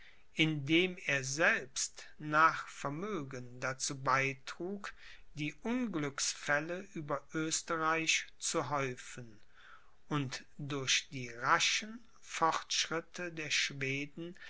indem er selbst nach vermögen dazu beitrug die unglücksfälle über oesterreich zu häufen und durch die raschen fortschritte der schweden